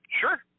Sure